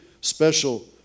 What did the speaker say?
special